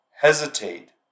hesitate